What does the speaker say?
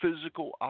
physical